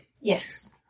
Yes